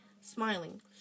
Smiling